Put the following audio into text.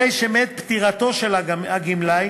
הרי שמעת פטירתו של הגמלאי